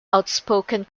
outspoken